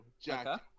jack